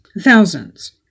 thousands